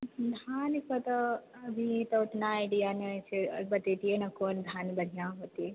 धानके तऽ अभी तऽ उतना आइडिया नहि छै बतैतियै ने कोन धान बढ़िऑं होतै